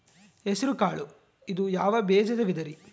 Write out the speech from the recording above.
ಹೆಸರುಕಾಳು ಇದು ಯಾವ ಬೇಜದ ವಿಧರಿ?